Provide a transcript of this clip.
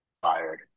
fired